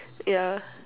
yeah